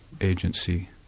agency